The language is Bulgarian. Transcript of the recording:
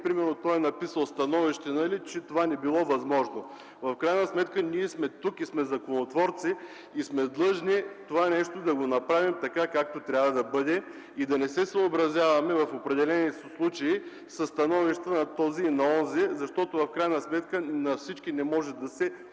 примерно, че някой е написал становище, че това не било възможно. В крайна сметна ние сме тук, законотворци сме и сме длъжни законите да ги правим така, както трябва да бъдат, и да не се съобразяваме в определени случаи със становищата на този или на онзи. В крайна сметка на всички не може да се